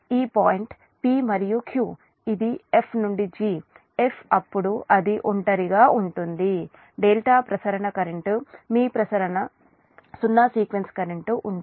ఈ point p మరియు q ఇది f నుండి g f అప్పుడు అది ఒంటరిగా ఉంటుంది ∆ ప్రసరణ కరెంట్ మీ ప్రసరణ సున్నా సీక్వెన్స్ కరెంట్ ఉంటుంది